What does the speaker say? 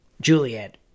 Juliet